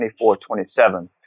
24-27